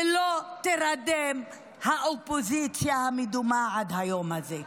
ושלא תירדם האופוזיציה המדומה עד היום הזה.